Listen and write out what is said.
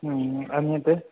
अन्यत्